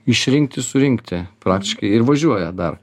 išrinkti surinkti praktiškai ir važiuoja dar